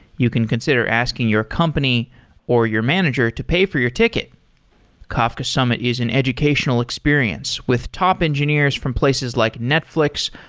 you can consider asking your company or your manager to pay for your ticket kafka summit is an educational experience with top engineers from places like netflix,